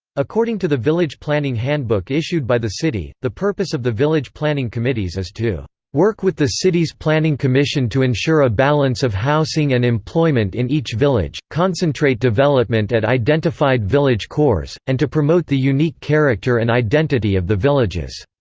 according to the village planning handbook issued by the city, the purpose of the village planning committees is to work with the city's planning commission to ensure a balance of housing and employment in each village, concentrate development at identified village cores, and to promote the unique character and identity of the villages.